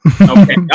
Okay